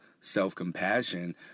self-compassion